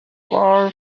far